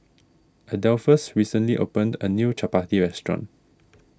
Adolphus recently opened a new Chapati restaurant